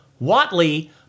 Watley